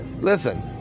listen